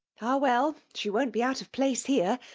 ah, well, she won't be out of place here.